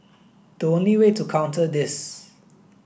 the only way to counter this